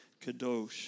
kadosh